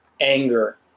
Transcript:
anger